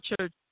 church